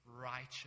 righteous